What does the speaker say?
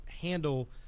handle